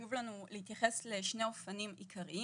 חשוב לנו להתייחס לשני אופנים עיקריים.